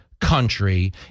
country